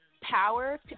power